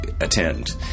attend